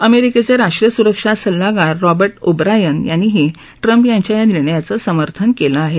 अमेरिकेचे राष्ट्रीय सुरक्षा सल्लागार रॉबर्ट ओब्रायन यांनीही ट्रम्प यांच्या या निर्णयाचं समर्थन केलं आहे